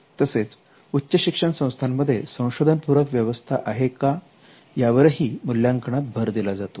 तसेच उच्च शिक्षण संस्थांमध्ये संशोधन पूरक व्यवस्था आहे का यावरही मूल्यांकनात भर दिला जातो